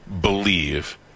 believe